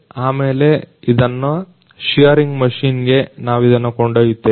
ಆಮೇಲೆ ಇದನ್ನು shearing machine ಗೆ ನಾವಿದನ್ನು ಕೊಂಡೊಯ್ಯುತ್ತೇವೆ